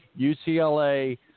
UCLA